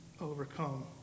overcome